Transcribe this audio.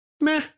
meh